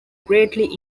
greatly